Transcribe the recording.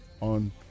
on